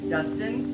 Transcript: Dustin